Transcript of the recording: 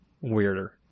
weirder